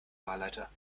wahlleiter